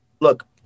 Look